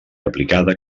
aplicada